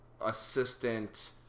assistant